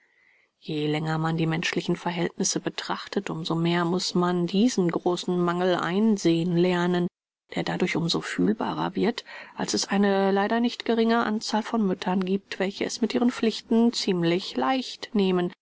je länger man die menschlichen verhältnisse betrachtet um so mehr muß man diesen großen mangel einsehen lernen der dadurch um so fühlbarer wird als es eine leider nicht geringe anzahl von müttern gibt welche es mit ihren pflichten ziemlich leicht nehmen